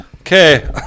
Okay